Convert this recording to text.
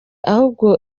ahubwo